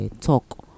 talk